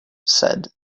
said